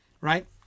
right